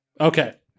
Okay